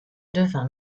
devint